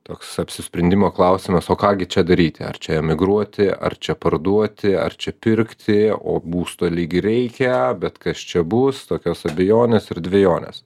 toks apsisprendimo klausimas o ką gi čia daryti ar čia emigruoti ar čia parduoti ar čia pirkti o būsto lyg ir reikia bet kas čia bus tokios abejonės ir dvejonės